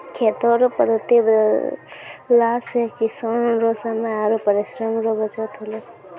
खेती रो पद्धति बदलला से किसान रो समय आरु परिश्रम रो बचत होलै